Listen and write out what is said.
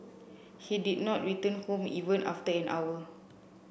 he did not return home even after an hour